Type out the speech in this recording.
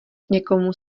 někomu